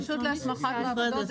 היא רשות להסמכת מעבדות.